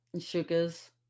sugars